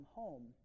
home